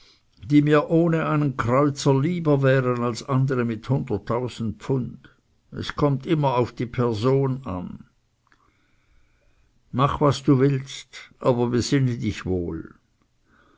die mir ohne einen kreuzer lieber wären als andere mit hunderttausend pfund es kommt immer auf die person an mach was du willst aber besinne dich wohl